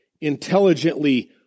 intelligently